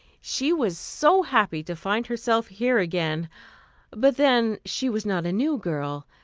she was so happy to find herself here again but then she was not a new girl,